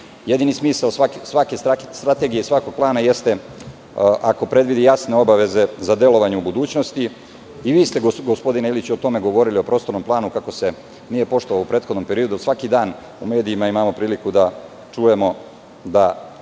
Jedini smisao svake strategije, svakog plana jeste ako predvidi jasne obaveze za delovanje u budućnosti. I vi ste gospodine Iliću o tome govorili, o prostornom planu, kako se nije poštovao u prethodnom periodu. Svaki dan u medijima imamo priliku da čujemo da